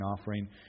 offering